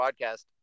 podcast